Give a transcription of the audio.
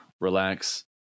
relax